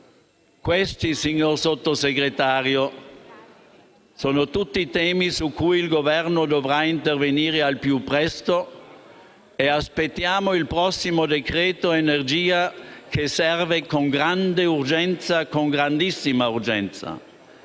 Questi, signor Sottosegretario, sono tutti temi su cui il Governo dovrà intervenire al più presto; aspettiamo il prossimo provvedimento sull'energia, che serve con grande, grandissima urgenza.